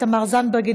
תמר זנדברג,